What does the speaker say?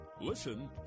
Listen